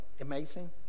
amazing